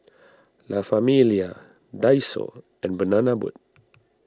La Famiglia Daiso and Banana Boat